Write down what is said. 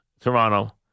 Toronto